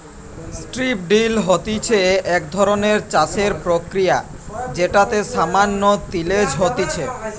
strip drill হতিছে এক ধরণের চাষের প্রক্রিয়া যেটাতে সামান্য তিলেজ হতিছে